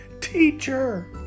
teacher